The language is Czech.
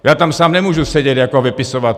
Já tam sám nemůžu sedět jako a vypisovat to!